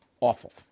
Awful